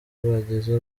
bagize